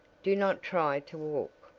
do not try to walk.